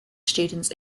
students